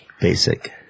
Basic